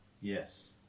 Yes